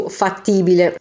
fattibile